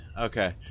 Okay